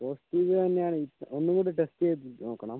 positive തന്നെയാണോന്ന് ഒന്നുകൂടി test ചെയ്ത് നോക്കണം